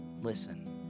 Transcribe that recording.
Listen